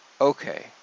Okay